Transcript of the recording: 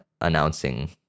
Announcing